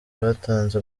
batanze